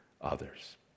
others